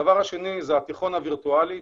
הדבר השני זה התיכון הווירטואלי,